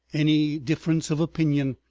any difference of opinion,